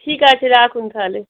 ঠিক আছে রাখুন তাহলে